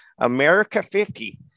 America50